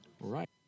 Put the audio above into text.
Right